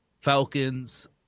Falcons